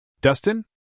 Dustin